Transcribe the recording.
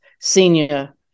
senior